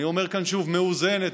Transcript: אני אומר כאן שוב: מאוזנת,